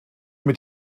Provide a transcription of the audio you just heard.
mit